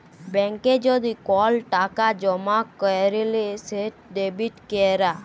ব্যাংকে যদি কল টাকা জমা ক্যইরলে সেট ডেবিট ক্যরা